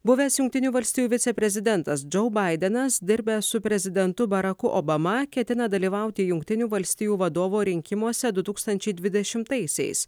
buvęs jungtinių valstijų viceprezidentas džau baidenas dirbęs su prezidentu baraku obama ketina dalyvauti jungtinių valstijų vadovo rinkimuose du tūkstančiai dvidešimtaisiais